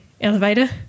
Elevator